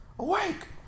Awake